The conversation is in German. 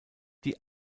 die